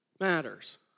matters